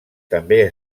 també